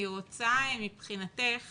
אני רוצה מבחינתך